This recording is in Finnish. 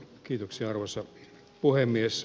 kiitoksia arvoisa puhemies